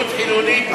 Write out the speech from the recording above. רוכלות רוחנית,